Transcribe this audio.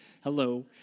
Hello